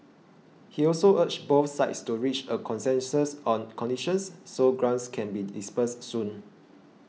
he also urged both sides to reach a consensus on conditions so grants can be disbursed soon